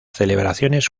celebraciones